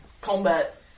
combat